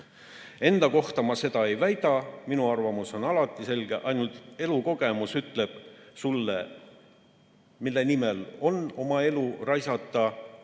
Enda kohta ma seda ei väida, minu arvamus on alati selge. Ainult elukogemus ütleb sulle, mille nimel on tarvis oma